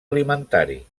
alimentari